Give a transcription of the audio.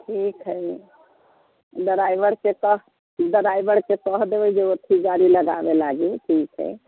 ठीक हइ ड्राइवरके कहि ड्राइवरके कहि देबै जे ओतहि गाड़ी लगाबे लागि ठीक हइ